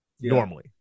Normally